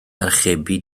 archebu